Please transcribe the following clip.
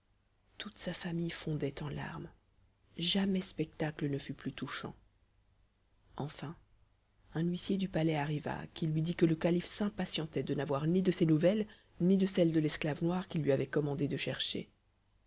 toute sa famille fondait en larmes jamais spectacle ne fut plus touchant enfin un huissier du palais arriva qui lui dit que le calife s'impatientait de n'avoir ni de ses nouvelles ni de celles de l'esclave noir qu'il lui avait commandé de chercher